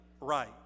right